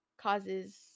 causes